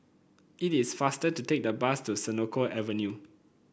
it is faster to take the bus to Senoko Avenue